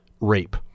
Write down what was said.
rape